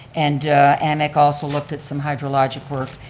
and amec also looked at some hydrologic work,